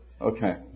Okay